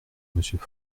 monsieur